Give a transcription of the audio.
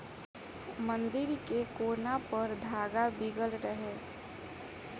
मंदिर के कोना पर धागा बीगल रहे